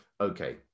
Okay